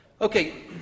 Okay